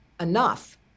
Enough